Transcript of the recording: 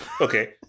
Okay